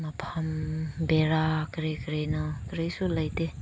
ꯃꯐꯝ ꯕꯦꯔꯥ ꯀꯔꯤ ꯀꯔꯤꯅꯣ ꯀꯔꯤꯁꯨ ꯂꯩꯇꯦ